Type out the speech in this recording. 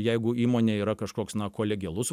jeigu įmonėj yra kažkoks na kolegialus